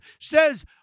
says